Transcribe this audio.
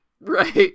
right